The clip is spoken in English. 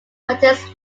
contains